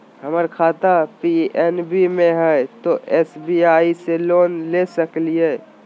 हमर खाता पी.एन.बी मे हय, तो एस.बी.आई से लोन ले सकलिए?